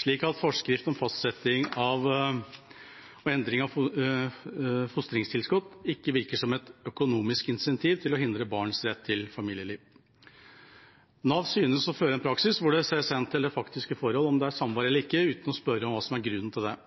slik at Forskrift om fastsetjing og endring av fostringstilskot ikke virker som et økonomisk insentiv til å hindre barns rett til familieliv. Nav synes å føre en praksis hvor det ses hen til det faktiske forhold, om det er samvær eller ikke, uten å spørre om hva som er grunnen til det.